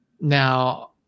Now